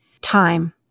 time